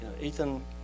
Ethan